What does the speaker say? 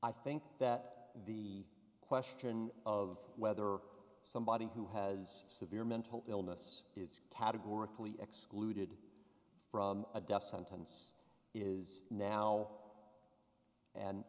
i think that the question of whether somebody who has severe mental illness is categorically excluded from a death sentence is now and